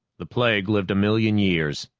the plague lived a million years,